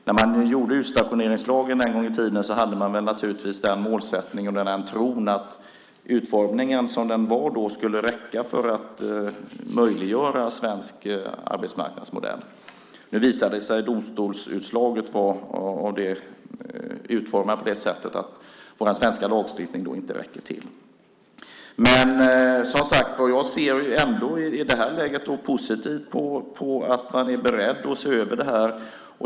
När man utformade utstationeringslagen en gång i tiden hade man naturligtvis den målsättningen och den tron att utformningen så som den var då skulle räcka för att möjliggöra svensk arbetsmarknadsmodell. Nu visade sig domstolsutslaget vara utformat på det sättet att den svenska lagstiftningen inte räckte till. I det här läget ser jag ändå positivt på att man är beredd att se över det här.